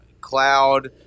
Cloud